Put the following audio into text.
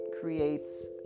creates